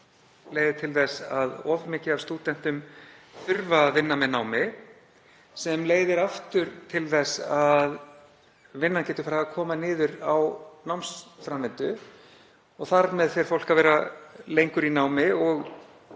leiðir til þess að of mikið af stúdentum þarf að vinna með námi sem leiðir aftur til þess að vinna getur farið að koma niður á námsframvindu. Þar með fer fólk að vera lengur í námi og